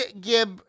give